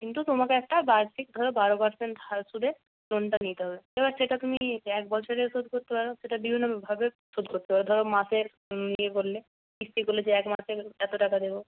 কিন্তু তোমাকে একটা বার্ষিক ধরো বারো পারসেন্ট হার সুদে লোনটা নিতে হবে এবার সেটা তুমি এক বছরে শোধ করতে পারো সেটা বিভিন্ন ভাবে শোধ করতে পারো ধরো মাসের ইয়ে ভরলে কিস্তি করলে যে এক মাসে এত টাকা দেবো